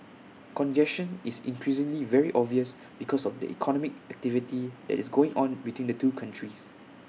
congestion is increasingly very obvious because of the economic activity that is going on between the two countries